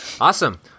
Awesome